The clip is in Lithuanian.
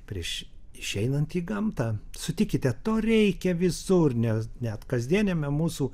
prieš išeinant į gamtą sutikite to reikia visur nes net kasdieniame mūsų